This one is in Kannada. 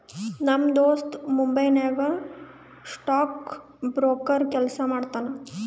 ನಮ್ ದೋಸ್ತ ಮುಂಬೈ ನಾಗ್ ಸ್ಟಾಕ್ ಬ್ರೋಕರ್ ಕೆಲ್ಸಾ ಮಾಡ್ತಾನ